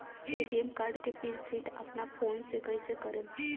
ATM card के pin set अपना phone से कइसे करेम?